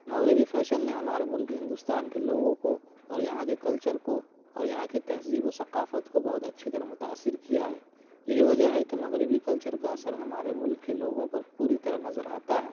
مغربی فیشن نے ہمارے ملک ہندوستان کے لوگوں کو اور یہاں کے کلچر کو اور یہاں کے تہذیب و ثقافت کو بہت اچھی طرح متاثر کیا ہے یہی وجہ ہے کہ مغربی کلچر کا اثر ہمارے ملک کے لوگوں پر پوری طرح نظر آتا ہے